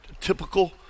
typical